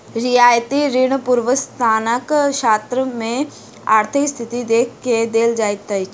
रियायती ऋण पूर्वस्नातक छात्र के आर्थिक स्थिति देख के देल जाइत अछि